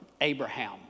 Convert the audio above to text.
Abraham